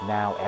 Now